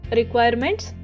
requirements